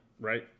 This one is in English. Right